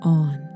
on